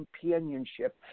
companionship